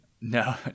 No